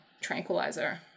tranquilizer